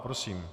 Prosím.